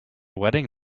wedding